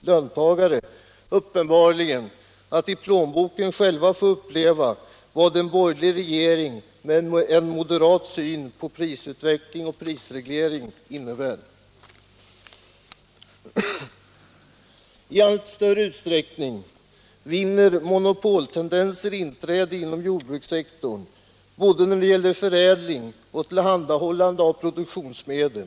löntagare uppenbarligen att genom plånboken få uppleva vad en borgerlig regering med en moderat syn på prisutveckling och prisreglering innebär. I allt större utsträckning vinner monopoltendenser inträde inom jordbrukssektorn när det gäller både förädling och tillhandahållande av produktionsmedel.